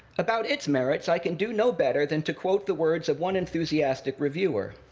about its merits, i can do no better than to quote the words of one enthusiastic reviewer.